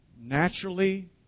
naturally